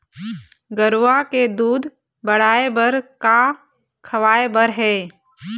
गरवा के दूध बढ़ाये बर का खवाए बर हे?